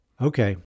Okay